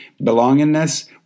belongingness